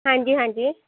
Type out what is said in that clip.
ਹਾਂਜੀ ਹਾਂਜੀ